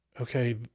okay